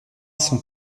son